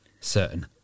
certain